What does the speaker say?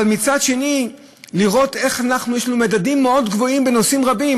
אבל מצד שני רואים איך יש לנו מדדים מאוד גבוהים בנושאים רבים.